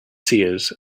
seers